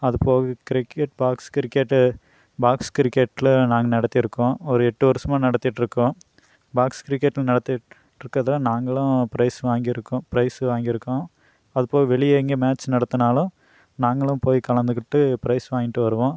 அதுபோக cricket box cricket box கிரிக்கெட்ல நாங்கள் நடத்தியிருக்கோம் ஒரு எட்டு வருஷமாக நடத்திட்டிருக்கோம் பாக்ஸ் கிரிக்கெட்டும் நடத்திட்டிருக்கறதால நாங்களும் பிரைஸ் வாங்கியிருக்கோம் பிரைஸ் வாங்கியிருக்கோம் அதுபோக வெளியே எங்கேயும் மேட்ச் நடத்துனாலும் நாங்களும் போய் கலந்துகிட்டு பிரைஸ் வாங்கிட்டு வருவோம்